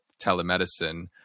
telemedicine